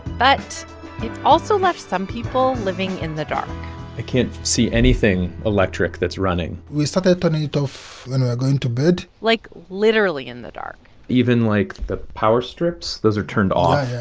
but it also left some people living in the dark i can't see anything electric that's running we started turning it off when we're going to bed like, literally in the dark even, like, the power strips those are turned off